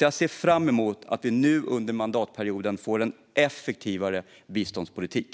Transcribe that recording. Jag ser därför fram emot att vi under mandatperioden får en effektivare biståndspolitik.